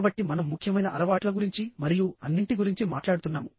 కాబట్టి మనం ముఖ్యమైన అలవాట్ల గురించి మరియు అన్నింటి గురించి మాట్లాడుతున్నాము